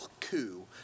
coup